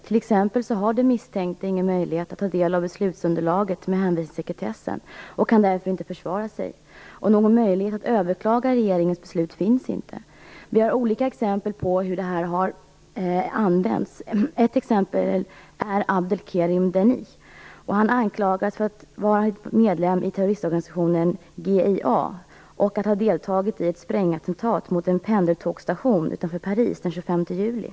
T.ex. har den misstänkte ingen möjlighet att ta del av beslutsunderlaget med hänvisning till sekretessen och kan därför inte försvara sig. Någon möjlighet att överklaga regeringens beslut finns inte. Vi har olika exempel på hur det här har använts. Ett exempel är Abdelkerim Deneche. Han anklagas för att vara medlem i terroristorganisationen GIA och att ha deltagit i ett sprängattentat mot en pendeltågsstation utanför Paris den 25 juli.